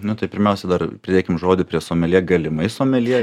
na tai pirmiausiai dar pridėkim žodį prie somelje galimai someljė